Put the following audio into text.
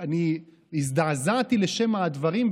הזדעזעתי לשמע הדברים,